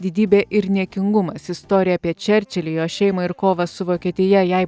didybė ir niekingumas istorija apie čerčilį jo šeimą ir kovą su vokietija jai